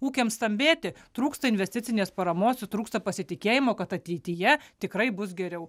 ūkiams stambėti trūksta investicinės paramos ir trūksta pasitikėjimo kad ateityje tikrai bus geriau